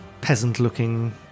peasant-looking